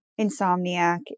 Insomniac